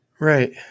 Right